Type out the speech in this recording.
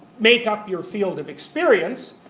make up your field of experience.